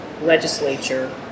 legislature